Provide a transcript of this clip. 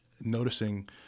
noticing